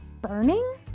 burning